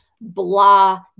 blah